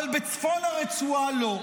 אבל בצפון הרצועה לא.